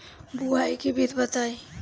बुआई के विधि बताई?